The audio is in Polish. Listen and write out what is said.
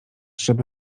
żeby